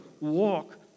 walk